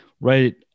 right